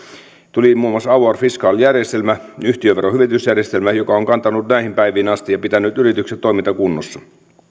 tuli muun muassa avoir fiscal järjestelmä yhtiöveron hyvitysjärjestelmä joka on kantanut näihin päiviin asti ja pitänyt yritykset toimintakunnossa